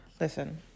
Listen